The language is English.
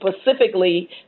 specifically